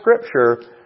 Scripture